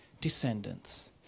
descendants